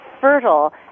fertile